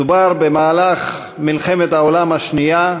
מדובר במהלך מלחמת העולם השנייה,